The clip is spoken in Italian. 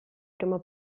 prima